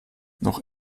noch